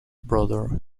brother